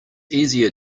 easier